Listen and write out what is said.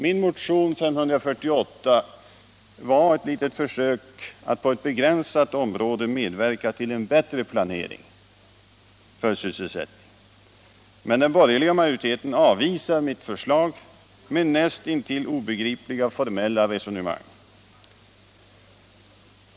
Min motion 548 var ett litet försök att på ett begränsat område medverka till en bättre planering för sysselsättningen. Men den borgerliga majoriteten avvisar mitt förslag med näst intill obegripliga formella resonemang.